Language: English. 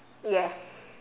yes